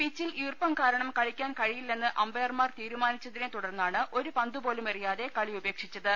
പിച്ചിൽ ഈർപ്പം കാരണം കളിക്കാൻ കഴിയില്ലെന്ന് അമ്പയർമാർ തീരുമാനിച്ചതിനെ തുടർന്നാണ് ഒരു പന്തുപോലും എറിയാതെ കളി ഉപേക്ഷിച്ചത്